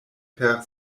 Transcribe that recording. per